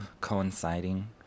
Coinciding